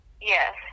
Yes